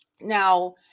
Now